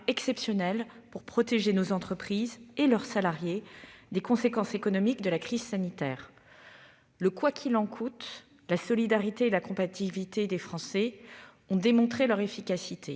exceptionnels pour protéger nos entreprises et leurs salariés des conséquences économiques de la crise sanitaire. Le « quoi qu'il en coûte », la solidarité et la combativité des Français ont démontré leur efficacité